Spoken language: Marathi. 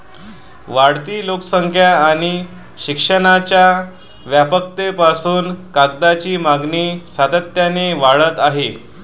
वाढती लोकसंख्या आणि शिक्षणाच्या व्यापकतेपासून कागदाची मागणी सातत्याने वाढत आहे